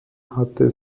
hatte